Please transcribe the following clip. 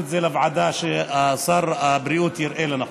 את זה לוועדה ששר הבריאות יראה לנכון.